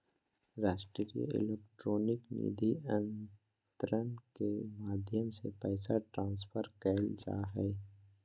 राष्ट्रीय इलेक्ट्रॉनिक निधि अन्तरण के माध्यम से पैसा ट्रांसफर करल जा हय